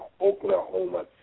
Oklahoma